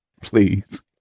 please